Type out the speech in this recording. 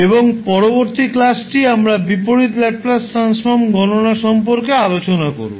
এবং পরবর্তী ক্লাসটি আমরা বিপরীত ল্যাপ্লাস ট্রান্সফর্ম গণনা সম্পর্কে আলোচনা করব